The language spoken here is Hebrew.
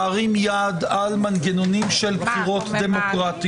קואליציה שמחליטה להרים יד על מנגנונים של בחירות דמוקרטיות.